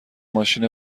ماشین